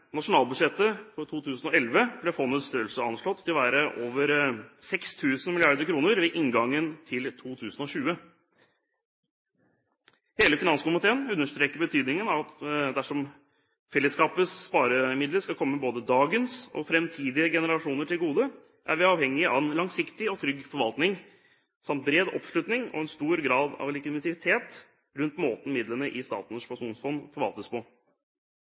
nasjonalbudsjettet for 2011 blir fondets størrelse anslått til å være over 6 000 mrd. kr ved inngangen til 2020. Hele finanskomiteen understreker betydningen av at dersom fellesskapets sparemidler skal komme både dagens generasjon og framtidige generasjoner til gode, er vi avhengig av en langsiktig og trygg forvaltning samt bred oppslutning og en stor grad av legitimitet rundt måten midlene i Statens pensjonsfond forvaltes på.